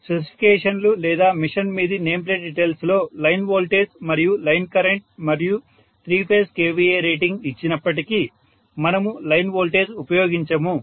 స్పెసిఫికేషన్లు లేదా మెషీన్ మీది name plate details లో లైన్ వోల్టేజ్ మరియు లైన్ కరెంటు మరియు త్రీ ఫేజ్ kVA రేటింగ్ ఇచ్చినప్పటికీ మనము లైన్ వోల్టేజ్ ఉపయోగించము